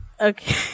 okay